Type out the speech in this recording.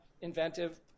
inventive